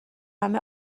همه